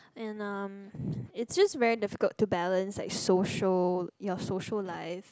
and um it's just very difficult to balance like social your social life